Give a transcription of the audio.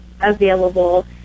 available